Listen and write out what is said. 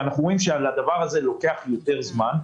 אנחנו רואים שלדבר הזה לוקח יותר זמן.